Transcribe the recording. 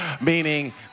meaning